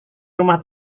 rumah